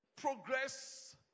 Progress